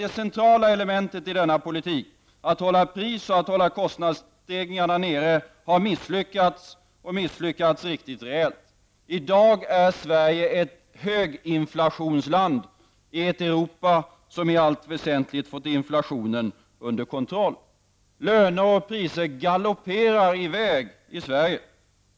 Det centrala elementet i denna politik -- att hålla pris och kostnadsstegringarna ner -- har misslyckats och misslyckats rejält. I dag är Sverige ett höginflationsland i ett Europa som i allt väsentligt har fått inflationen under kontroll. Löner och priser galopperar i väg i Sverige.